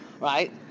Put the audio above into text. Right